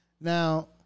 Now